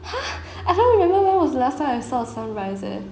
!huh! I don't remember when was the last time I saw a sunrise eh